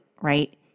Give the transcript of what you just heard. right